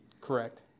Correct